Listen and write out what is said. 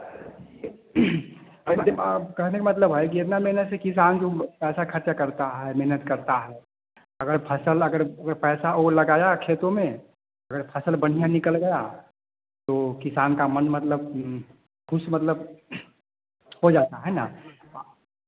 कहने का मतलब है कि इतना मेहनत से किसान जो पैसा खर्चा करता है मेहनत करता है अगर फ़सल अगर पैसा वह लगाया खेतों में अगर फ़सल बढ़िया निकल गया तो किसान का मन मतलब खुश मतलब हो जाता है न